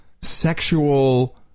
sexual